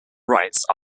rights